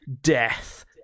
death